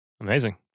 Amazing